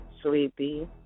Sleepy